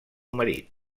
marit